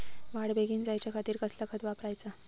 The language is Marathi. वाढ बेगीन जायच्या खातीर कसला खत वापराचा?